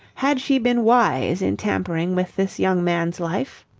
had she been wise in tampering with this young man's life?